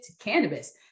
cannabis